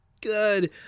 good